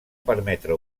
permetre